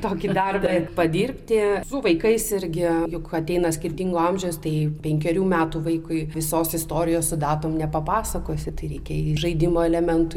tokį darbą ir padirbti su vaikais irgi juk ateina skirtingo amžiaus tai penkerių metų vaikui visos istorijos su datom nepapasakosi tai reikia žaidimo elementų